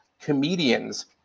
comedians